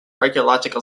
archaeological